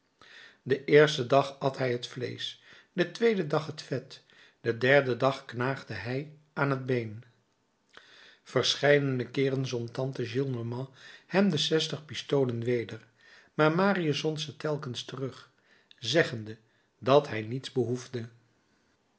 den eersten dag at hij het vleesch den tweeden dag het vet den derden dag knaagde hij aan het been verscheiden keeren zond tante gillenormand hem de zestig pistolen weder maar marius zond ze telkens terug zeggende dat hij niets behoefde